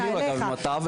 מקבלים, אגב, ממטב.